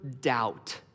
doubt